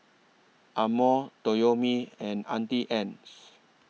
Amore Toyomi and Auntie Anne's